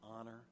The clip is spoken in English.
honor